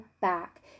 back